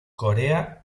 corea